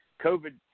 COVID